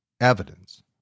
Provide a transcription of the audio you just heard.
evidence